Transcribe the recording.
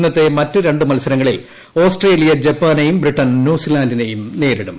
ഇന്നത്തെ മറ്റ് രണ്ട് മത്സരങ്ങളിൽ ആസ്ട്രേലിയ ജപ്പാനെയും ബ്രിട്ടൻ ന്യൂസിലാന്റിനെയും നേരിടും